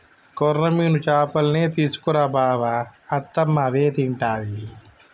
కొర్రమీను చేపల్నే తీసుకు రా బావ అత్తమ్మ అవే తింటది